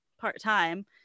part-time